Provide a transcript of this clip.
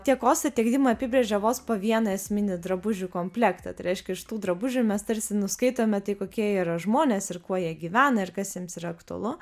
tiek kostė tiek dima apibrėžia vos po vieną esminį drabužių komplektą tai reiškia iš tų drabužių mes tarsi nuskaitome tai kokie yra žmonės ir kuo jie gyvena ir kas jiems yra aktualu